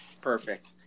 Perfect